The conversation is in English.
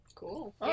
Cool